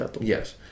Yes